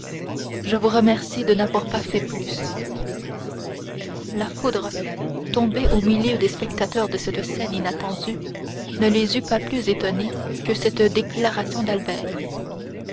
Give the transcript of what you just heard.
je vous remercie de n'avoir pas fait plus la foudre tombée au milieu des spectateurs de cette scène inattendue ne les eût pas plus étonnés que cette déclaration d'albert